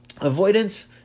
Avoidance